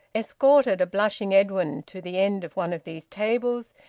escorted a blushing edwin to the end of one of these tables,